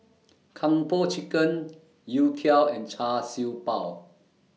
Kung Po Chicken Youtiao and Char Siew Bao